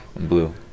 blue